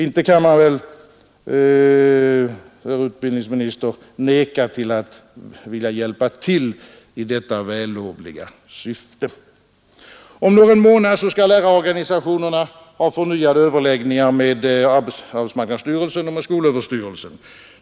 Inte kan man väl, herr utbildningsminister, vägra att hjälpa till i detta vällovliga syfte? Om någon månad skall lärarorganisationerna ha förnyade överläggningar med arbetsmarknadsstyrelsen och skolöverstyrelsen.